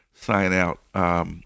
sign-out